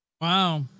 Wow